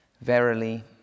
Verily